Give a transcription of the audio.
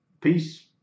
Peace